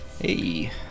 Hey